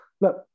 look